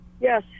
yes